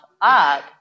up